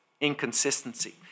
inconsistency